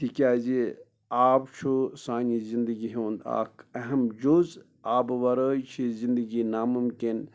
تِکیازِ آب چھُ سانہِ زندگی ہنٛد اکھ اَہم جُز آبہٕ ورٲے چھِ زنٛدگی نامُمکِن